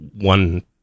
one